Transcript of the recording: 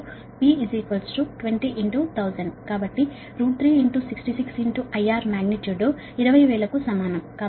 కాబట్టి 366IRమాగ్నిట్యూడ్ 20000 కు సమానం